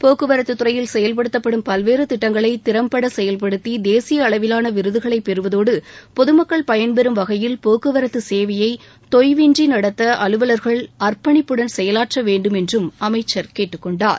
போக்குவரத்துத் துறையில் செயல்படுத்தப்படும் பல்வேறு திட்டங்களை திறம்பட செயல்படுத்தி தேசிய அளவிலான விருதுகளை பெறுவதோடு பொதுமக்கள் பயன்பெறும் வகையில் போக்குவரத்து சேவையை தொய்வின்றி நடத்த அலுவலர்கள் அர்ப்பணிப்புடன் செயலாற்ற வேண்டும் என்றும் உஅமைச்சர் கேட்டுக் கொண்டார்